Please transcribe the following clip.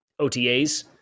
OTAs